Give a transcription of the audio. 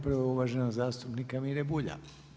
Prvo uvaženog zastupnika Mire Bulja.